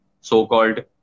so-called